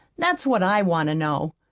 that's what i want to know!